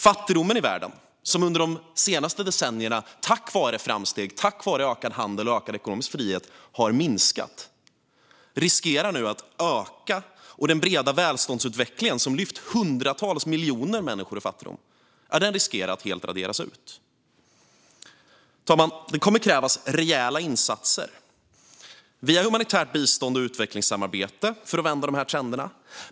Fattigdomen i världen som under de senaste decennierna har minskat, tack vare framsteg, ökad handel och ökad ekonomisk frihet, riskerar nu att öka. Och den breda välståndsutveckling som har lyft hundratals miljoner människor ur fattigdom riskerar att helt raderas ut. Fru talman! Det kommer att krävas rejäla insatser via humanitärt bistånd och utvecklingssamarbete för att vända de här trenderna.